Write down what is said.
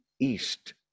east